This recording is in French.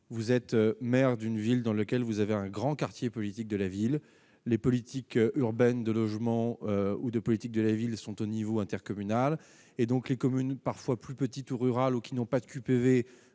vous êtes maire d'une ville dans lequel vous avez un grand quartier politique de la ville, les politiques urbaines de logement ou de politique de la ville sont au niveau intercommunal et donc les communes parfois plus petites ou rurales ou qui n'ont pas QPV